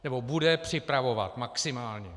Nebo bude připravovat, maximálně.